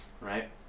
right